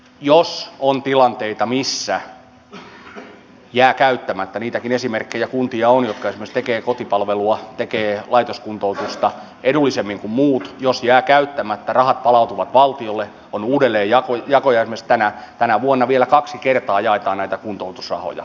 jos on tilanteita missä jää käyttämättä niitäkin esimerkkejä kuntia on jotka esimerkiksi tekevät kotipalvelua tekevät laitoskuntoutusta edullisemmin kuin muut niin rahat palautuvat valtiolle on uudelleenjako ja esimerkiksi tänä vuonna vielä kaksi kertaa jaetaan näitä kuntoutusrahoja